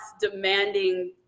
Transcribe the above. demanding